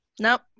Nope